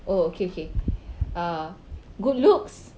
oh okay okay uh good looks